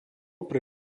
pre